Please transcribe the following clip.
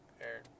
Aaron